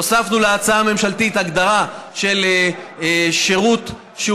הוספנו להצעה הממשלתית הגדרה של שירות שהוא